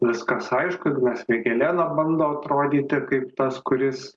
viskas aišku ignas vėgėlė dar bando atrodyti kaip tas kuris